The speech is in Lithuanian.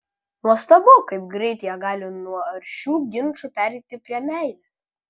nuostabu kaip greitai jie gali nuo aršių ginčų pereiti prie meilės